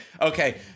okay